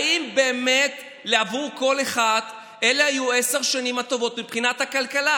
האם באמת עבור כל אחד אלה היו עשר השנים הטובות מבחינת הכלכלה?